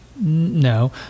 No